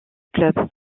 club